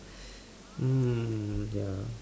mm ya